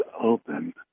open